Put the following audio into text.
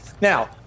now